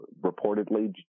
reportedly